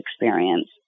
experience